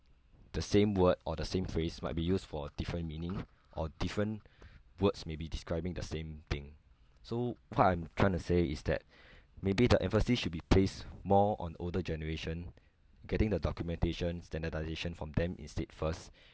the same word or the same phrase might be used for different meaning or different words may be describing the same thing so what I'm trying to say is that maybe the emphasis should be placed more on older generation getting the documentation standardisation from them instead first